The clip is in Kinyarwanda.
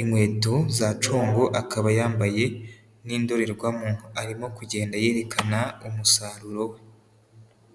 inkweto za congo akaba yambaye n'indorerwamo, arimo kugenda yerekana umusaruro we.